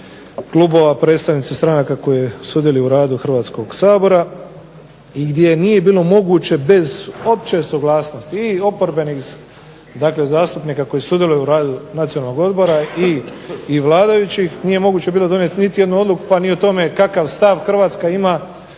klubova, predstavnici stranaka koje sudjeluju u radu Hrvatskog sabora i gdje nije bilo moguće bez opće suglasnosti i oporbenih zastupnika koji sudjeluju u radu nacionalnog odbora i vladajućih nije bilo moguće donijeti niti jednu odluku pa ni o tome kakav stav Hrvatska ima